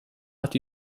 hat